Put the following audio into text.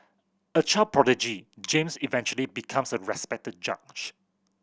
a child prodigy James eventually becomes a respected judge